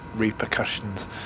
Repercussions